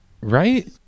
Right